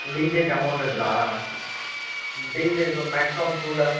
டிஜேக்கு அமௌண்ட்டுங்களாக டிஜே இப்போ maximum two lakh